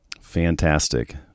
Fantastic